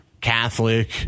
Catholic